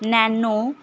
nano